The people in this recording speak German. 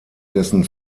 dessen